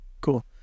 cool